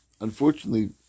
unfortunately